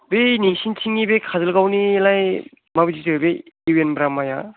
बे नोंसोरनिथिंनि बे काजलगावनिलाइ माबायदिथो इउ एन ब्रह्मया